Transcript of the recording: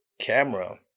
camera